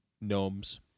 Gnomes